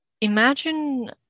imagine